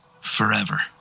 forever